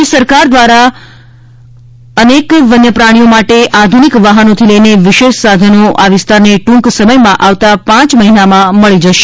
રાજ્ય સરકાર દ્વારા અનેક વન્યપ્રાણીઓ માટે આધુનિક વાહનોથી લઇને વિશેષ સાધનો આ વિસ્તારને ટૂંક સમયમાં આવતા પ મહિનામાં મળી જશે